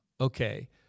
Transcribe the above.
okay